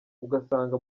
ugasanga